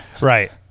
right